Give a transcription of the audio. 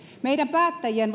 meidän päättäjien